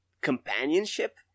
companionship